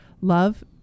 Love